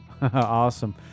awesome